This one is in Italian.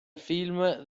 film